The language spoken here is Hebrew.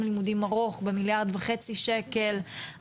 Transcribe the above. לימודים ארוך במיליארד וחצי שקלים,